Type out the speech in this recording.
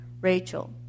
Rachel